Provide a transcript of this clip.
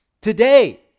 today